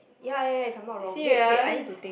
ya ya ya if I'm not wrong wait wait I need to think